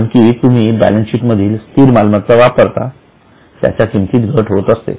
कारण कि तुम्ही बॅलन्सशीट मधील स्थिर मालमत्ता वापरता त्याच्या किमतीत घट होत असते